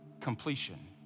completion